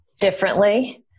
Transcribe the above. differently